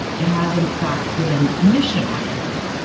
it has in fact been mission oriented.